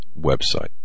website